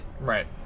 Right